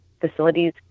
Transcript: facilities